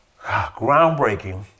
groundbreaking